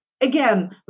again